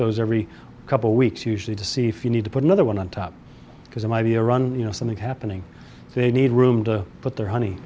those every couple weeks usually to see if you need to put another one on top because it might be a run you know something happening they need room to put their h